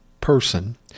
person